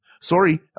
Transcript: Sorry